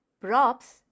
props